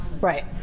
Right